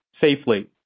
safely